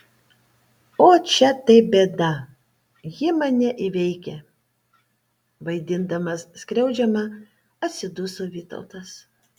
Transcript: ot čia tai bėda ji mane įveikia vaidindamas skriaudžiamą atsiduso vytautas